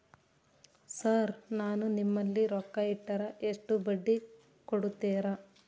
Sir ನಾನು ನಿಮ್ಮಲ್ಲಿ ರೊಕ್ಕ ಇಟ್ಟರ ಎಷ್ಟು ಬಡ್ಡಿ ಕೊಡುತೇರಾ?